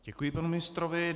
Děkuji panu ministrovi.